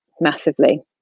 massively